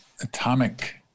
atomic